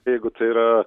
jeigu tai yra